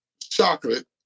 chocolate